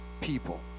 people